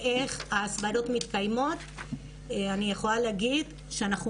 ההסברות מתקיימות ואני יכולה להגיד שאנחנו